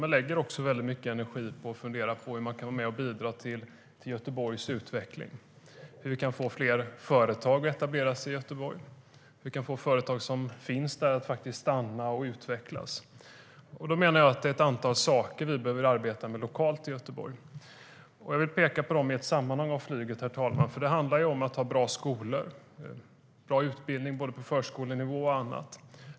Men jag lägger också mycket energi på att fundera på hur vi kan vara med och bidra till Göteborgs utveckling, hur vi kan få fler företag att etablera sig i Göteborg och hur vi kan få företag som finns där att stanna och utvecklas. Det handlar om att ha bra skolor, bra utbildning både på förskolenivå och på annan nivå.